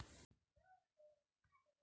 मोर बकाया राशि कैसे मिलही?